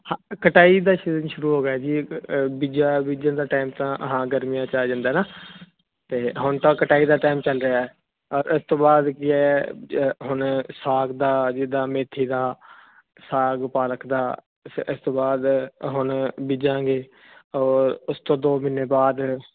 ਕਟਾਈ ਦਾ ਸ਼ੁਰੂ ਹੋ ਗਿਆ ਜੀ ਬੀਜਾ ਬੀਜਣ ਦਾ ਟਾਈਮ ਤਾਂ ਹਾਂ ਗਰਮੀਆਂ ਚ ਆ ਜਾਂਦਾ ਨਾ ਤੇ ਹੁਣ ਤਾਂ ਕਟਾਈ ਦਾ ਟਾਈਮ ਚੱਲ ਰਿਹਾ ਇਸ ਤੋਂ ਬਾਅਦ ਕੀ ਹੁਣ ਸਾਗ ਦਾ ਜਿਦਾਂ ਮੇਥੀ ਦਾ ਸਾਗ ਪਾਲਕ ਦਾ ਇਸ ਤੋਂ ਬਾਅਦ ਹੁਣ ਬੀਜਾਂਗੇ ਔਰ ਉਸ ਤੋਂ ਦੋ ਮਹੀਨੇ ਬਾਅਦ